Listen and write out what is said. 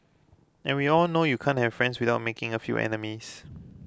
and we all know you can't have friends without making a few enemies